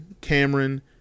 Cameron